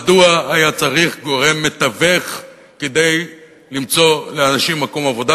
מדוע היה צריך גורם מתווך כדי למצוא לאנשים מקום עבודה,